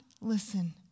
listen